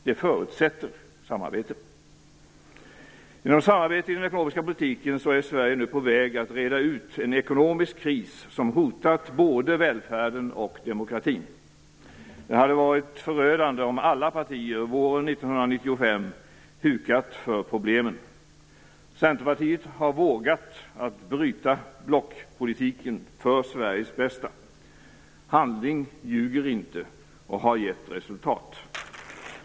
Det förutsätter samarbete. Genom samarbete i den ekonomiska politiken är Sverige nu på väg att reda ut en ekonomisk kris, som hotat både välfärden och demokratin. Det hade varit förödande om alla partier våren 1995 hukat för problemen. Centerpartiet har vågat bryta blockpolitiken, för Sveriges bästa. Handling ljuger inte och har gett resultat.